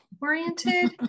oriented